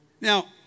Now